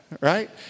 right